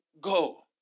go